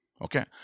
Okay